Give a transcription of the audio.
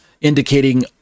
indicating